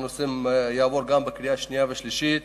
גם בקריאה שנייה ושלישית